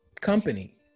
company